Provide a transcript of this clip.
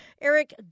Eric